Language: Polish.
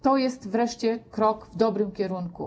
To jest wreszcie krok w dobrym kierunku.